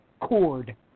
cord